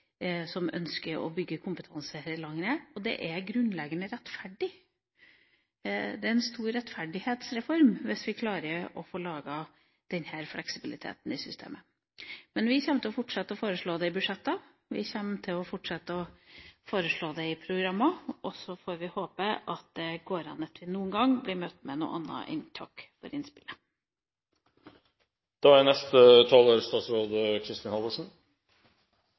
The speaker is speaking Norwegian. som ønsker å bygge kompetanse her i landet, og det er grunnleggende rettferdig. Det er en stor rettferdighetsreform, hvis vi klarer å få laget denne fleksibiliteten i systemet. Men vi kommer til å fortsette å foreslå det i forbindelse med budsjetter, vi kommer til å fortsette å foreslå det i programmer, og så får vi håpe at det noen gang går an at vi blir møtt med noe annet enn takk for innspillet.